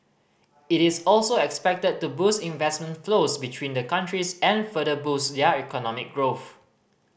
it is also expected to boost investment flows between the countries and further boost their economic growth